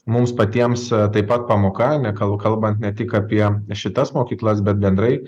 mums patiems taip pat pamoka nekal kalbant ne tik apie šitas mokyklas bet bendrai